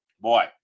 Boy